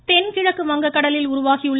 புயல் தென் கிழக்கு வங்க கடலில் உருவாகியுள்ள